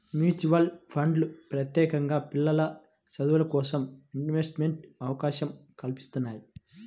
mutual ఫండ్లు ప్రత్యేకంగా పిల్లల చదువులకోసం ఇన్వెస్ట్మెంట్ అవకాశం కల్పిత్తున్నయ్యి